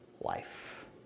life